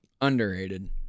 Underrated